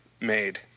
made